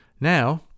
now